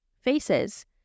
faces